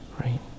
right